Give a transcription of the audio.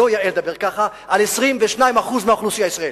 לא יאה לדבר ככה על 22% מהאוכלוסייה הישראלית.